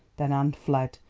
then anne fled,